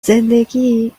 زندگی